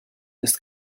ist